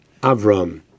Avram